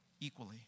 equally